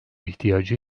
ihtiyacı